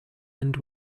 and